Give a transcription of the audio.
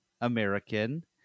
American